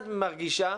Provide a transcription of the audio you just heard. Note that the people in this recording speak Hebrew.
מרגישה